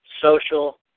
social